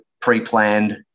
pre-planned